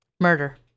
Murder